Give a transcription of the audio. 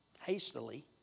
hastily